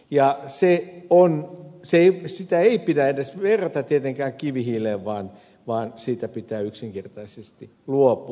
ja sitä ei pidä edes verrata tietenkään kivihiileen vaan siitä pitää yksinkertaisesti luopua